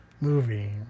movie